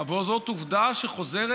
לשלום.